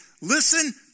listen